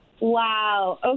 Wow